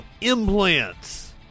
implants